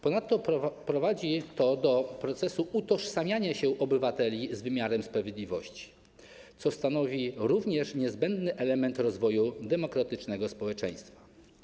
Ponadto prowadzi to do procesu utożsamiania się obywateli z wymiarem sprawiedliwości, co stanowi również niezbędny element rozwoju demokratycznego społeczeństwa.